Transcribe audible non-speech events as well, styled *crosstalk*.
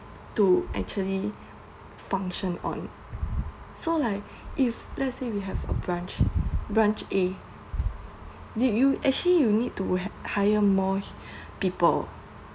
to actually function on so like if let's say we have a branch branch A did you actually you need to ha~ hire more *breath* people